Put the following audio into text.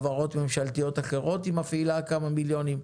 כשהיא מפעילה חברות ממשלתיות אחרות היא שמה כמה מיליוני שקלים.